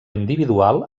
individual